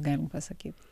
galim pasakyt